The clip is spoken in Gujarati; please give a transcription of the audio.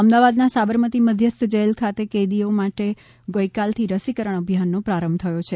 અમદાવાદના સાબરમતી મધ્યસ્થ જેલ ખાતે કેદીઓ માટે ગઇકાલથી રસીકરણ અભિયાનનો પ્રારંભ થયો છે